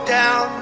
down